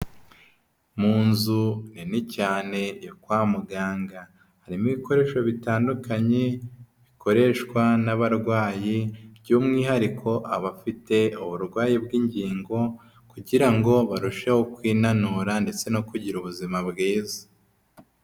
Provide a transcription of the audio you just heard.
Mu nzu nini cyane yo kwa muganga, harimo ibikoresho bitandukanye bikoreshwa n'abarwayi, by'umwihariko abafite uburwayi bw'ingingo, kugira ngo barusheho kwinanura ndetse no kugira ubuzima bwiza.